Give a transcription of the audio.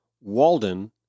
Walden